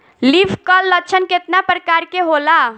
Leaf कल लक्षण केतना परकार के होला?